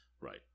Right